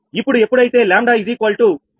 ఇప్పుడు ఎప్పుడైతే 𝜆73